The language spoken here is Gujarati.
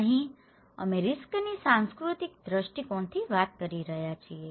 અહીં અમે રીસ્કની સાંસ્કૃતિક દ્રષ્ટિકોણથી વાત કરી રહ્યા છીએ